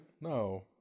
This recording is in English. no